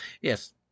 Yes